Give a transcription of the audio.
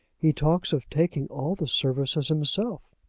he talks of taking all the services himself.